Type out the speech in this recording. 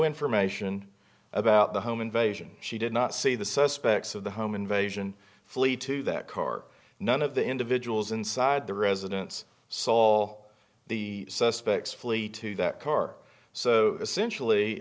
information about the home invasion she did not see the suspects of the home invasion flee to that car none of the individuals inside the residence saw all the suspects flee to that car so essentially